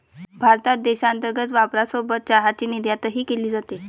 भारतात देशांतर्गत वापरासोबत चहाची निर्यातही केली जाते